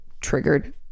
triggered